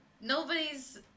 Nobody's